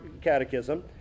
catechism